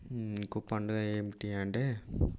ఇంకో పండుగ ఏమిటి అంటే